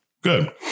good